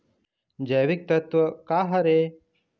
जैविकतत्व का हर ए?